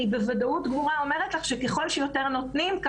אני בוודאות גמורה אומרת לך שככל שנותנים יותר,